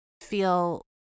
feel